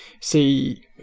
see